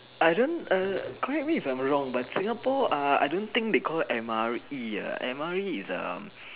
I don't err correct me if I'm wrong but Singapore err I don't think they call it M_R_E err M_R_E is um